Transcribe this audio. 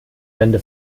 wände